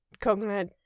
coconut